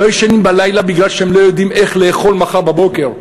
לא ישנים בלילה כי הם לא יודעים איך יאכלו מחר בבוקר,